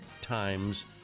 Time's